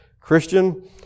christian